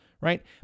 right